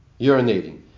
urinating